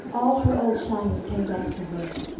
all her old shyness came back to her,